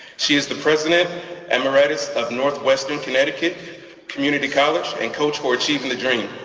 she is the president emeritus of northwestern connecticut community college and coach for achieving the dream.